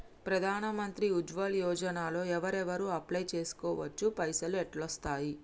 ప్రధాన మంత్రి ఉజ్వల్ యోజన లో ఎవరెవరు అప్లయ్ చేస్కోవచ్చు? పైసల్ ఎట్లస్తయి?